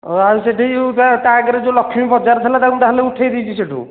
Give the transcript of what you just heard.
ଆଉ ସେହିଠି ଯେଉଁଟା ତା ଆଗେରେ ଯେଉଁ ଲକ୍ଷ୍ମୀ ବଜାର ଥିଲା ତାକୁ ତାହେଲେ ଉଠାଇ ଦେଇଛି ସେହିଠୁ